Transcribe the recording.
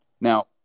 Now